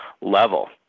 level